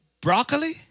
broccoli